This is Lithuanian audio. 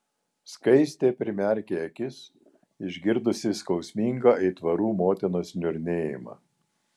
skaistė primerkė akis išgirdusi skausmingą aitvarų motinos niurnėjimą